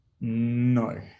No